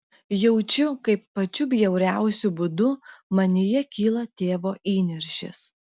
jaučiu kaip pačiu bjauriausiu būdu manyje kyla tėvo įniršis